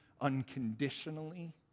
unconditionally